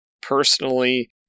personally